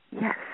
Yes